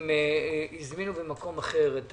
הם הזמינו במקום אחר.